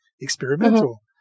experimental